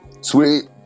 Sweet